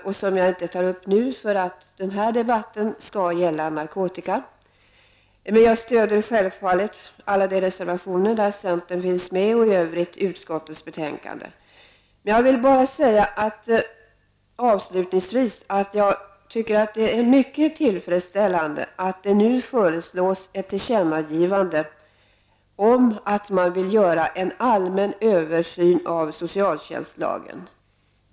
Jag tar inte upp dem nu, eftersom den här debatten skall gälla narkotika, men jag stöder självfallet alla de reservationer där centern finns med och yrkar i övrigt bifall till utskottets hemställan. Avslutningsvis vill jag bara säga att jag tycker det är mycket tillfredsställande att det nu föreslås ett tillkännagivande om att man vill göra en allmän översyn av socialtjänstlagen.